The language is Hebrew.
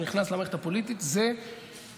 כשהוא נכנס למערכת הפוליטית זה לסייע,